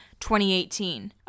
2018